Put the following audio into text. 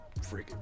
freaking